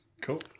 Cool